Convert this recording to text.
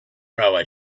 railway